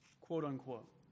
quote-unquote